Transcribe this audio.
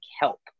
help